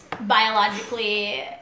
biologically